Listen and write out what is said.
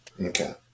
Okay